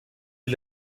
est